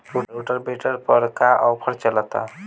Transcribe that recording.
Rotavator पर का offer चलता?